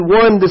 one